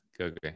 Okay